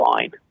fine